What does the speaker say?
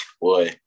Boy